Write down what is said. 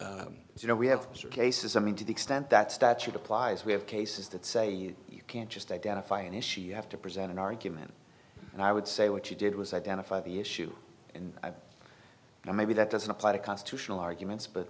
you know we have your case is something to the extent that statute applies we have cases that say you can't just identify an issue you have to present an argument and i would say what you did was identify the issue and maybe that doesn't apply to constitutional